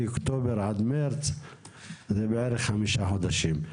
מאוקטובר עד מרץ זה בערך חמישה חודשים.